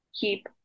keep